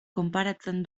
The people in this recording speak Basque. konparatzen